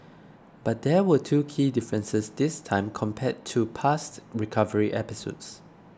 but there were two key differences this time compared to past recovery episodes